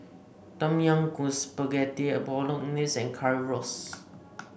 Tom Yam Goong Spaghetti Bolognese and Currywurst